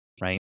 right